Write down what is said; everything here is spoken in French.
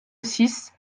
six